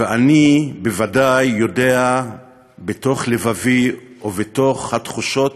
ואני בוודאי יודע בתוך לבבי ובתוך התחושות